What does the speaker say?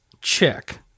check